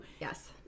Yes